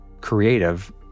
creative